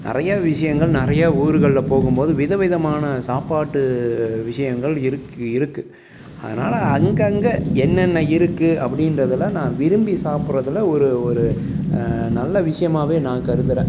நிறைய விஷயங்கள் நிறைய ஊர்களில் போகும்போது விதவிதமான சாப்பாட்டு விஷயங்கள் இருக்குது இருக்குது அதனால அங்கங்கே என்னென்ன இருக்குது அப்படின்றதுலாம் நான் விரும்பி சாப்பிட்றதுல ஒரு ஒரு நல்ல விஷயமாவே நான் கருதுகிறேன்